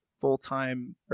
full-time